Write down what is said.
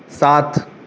ساتھ